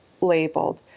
labeled